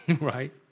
Right